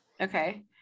Okay